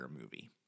movie